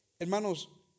Hermanos